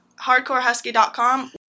hardcorehusky.com